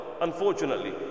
Unfortunately